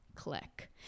click